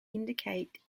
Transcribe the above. indicate